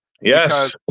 Yes